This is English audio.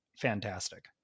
fantastic